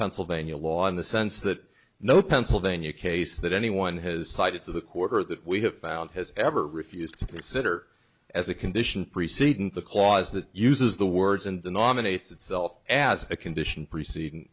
pennsylvania law in the sense that no pennsylvania case that anyone has cited to the quarter that we have found has ever refused to consider as a condition preceding the clause that uses the words and the nominates itself as a condition preceding